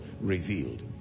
revealed